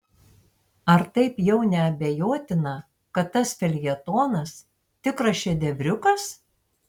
ar taip jau neabejotina kad tas feljetonas tikras šedevriukas